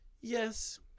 yes